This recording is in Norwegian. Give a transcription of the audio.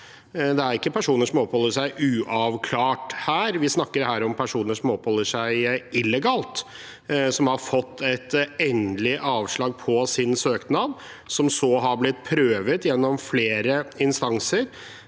her snakk om personer som oppholder seg uavklart. Vi snakker om personer som oppholder seg illegalt, som har fått et endelig avslag på sin søknad, som så har fått avslaget prøvet gjennom flere instanser,